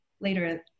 later